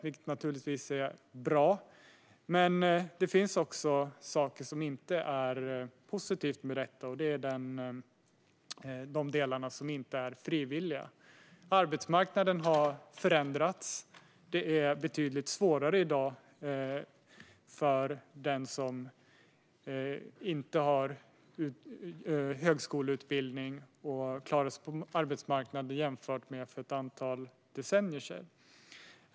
Det är naturligtvis bra, men det finns också saker som inte är positiva med detta. Det gäller de delar som inte är frivilliga. Arbetsmarknaden har förändrats, och det är i dag betydligt svårare för den som inte har högskoleutbildning att klara sig på arbetsmarknaden jämfört med för ett antal decennier sedan.